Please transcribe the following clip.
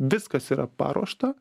viskas yra paruošta